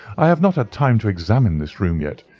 i have not had time to examine this room yet,